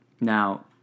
Now